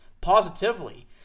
positively